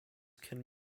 can